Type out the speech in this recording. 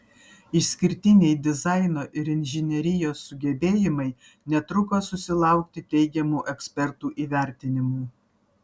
išskirtiniai dizaino ir inžinerijos sugebėjimai netruko susilaukti teigiamų ekspertų įvertinimų